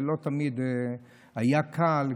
ולא תמיד היה קל,